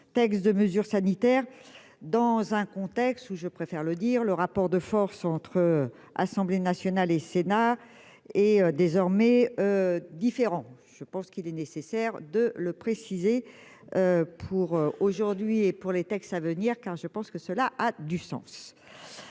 texte de mesures sanitaires dans un contexte où je préfère le dire, le rapport de force entre Assemblée nationale et Sénat est désormais différent, je pense qu'il est nécessaire de le préciser, pour aujourd'hui et pour les textes à venir car je pense que cela a du sens,